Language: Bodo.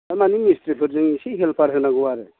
थिखांनानै मिस्ट्रिफोरजों एसे हेल्प होनांगौ आरो